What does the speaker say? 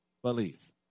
Believe